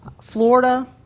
Florida –